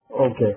Okay